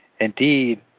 indeed